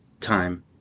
time